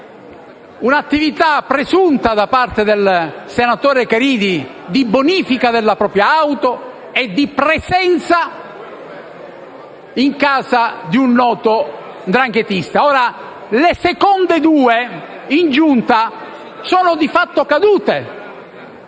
un'attività, presunta, da parte del senatore Caridi di bonifica della propria auto e la presenza in casa di un noto 'ndranghetista. Ora, le seconde due in Giunta sono di fatto cadute.